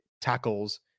tackles